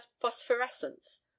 phosphorescence